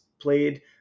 played